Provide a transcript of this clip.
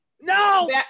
No